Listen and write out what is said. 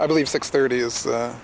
i believe six thirty